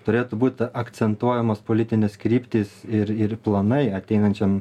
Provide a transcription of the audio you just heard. turėtų būt akcentuojamos politinės kryptys ir ir planai ateinančiam